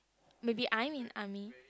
maybe I'm in army